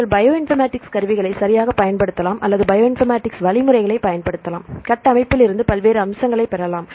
நீங்கள் bioinformatics கருவிகளை சரியாகப் பயன்படுத்தலாம் அல்லது பயோ இன்ஃபர்மேடிக்ஸ் வழிமுறைகளைப் பயன்படுத்தலாம் கட்டமைப்புகளிலிருந்து பல்வேறு அம்சங்களைப் பெறலாம்